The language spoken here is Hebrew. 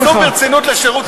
תתייחסו ברצינות לשירות החוץ.